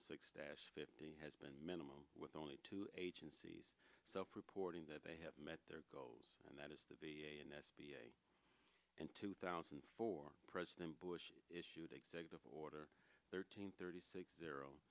of six tasks fifty has been minimum with only two agencies self reporting that they have met their goals and that is to be an s b a in two thousand and four president bush issued executive order thirteen thirty six zero